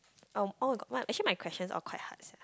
um oh we got one actually my questions all quite hard sia